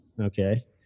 okay